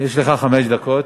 יש לך חמש דקות.